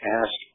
ask